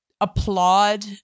applaud